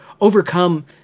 overcome